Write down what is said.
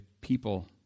people